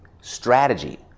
strategy